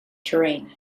terrain